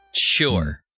sure